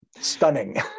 stunning